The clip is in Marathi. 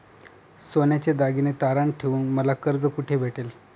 सोन्याचे दागिने तारण ठेवून मला कर्ज कुठे भेटेल?